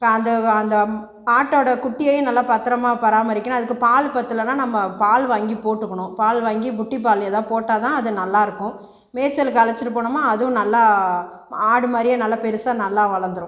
இப்போ அந்த அந்த ஆட்டோடய குட்டியையும் நல்லா பத்திரமா பராமரிக்கணும் அதுக்கு பால் பத்தலைனா நம்ம பால் வாங்கி போட்டுக்கணும் பால் வாங்கி புட்டி பால் எதாது போட்டால் தான் அது நல்லாயிருக்கும் மேய்ச்சலுக்கு அழைச்சிட்டு போனோம்னா அதுவும் நல்லா ஆடு மாதிரியே நல்லா பெருசாக நல்லா வளர்ந்துடும்